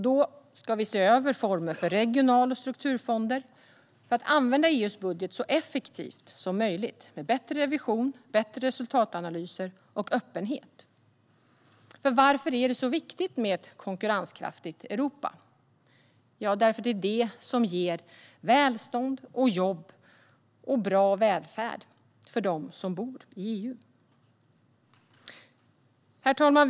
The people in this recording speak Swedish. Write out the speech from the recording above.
Vi ska se över former för regional och strukturfonder för att använda EU:s budget så effektivt som möjligt, med bättre revision och resultatanalyser samt öppenhet. Varför är det så viktigt med ett konkurrenskraftigt Europa? Jo, därför att det är det som ger välstånd, jobb och bra välfärd för dem som bor i EU. Herr talman!